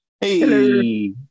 Hey